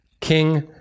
king